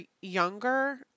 younger